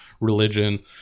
religion